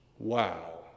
wow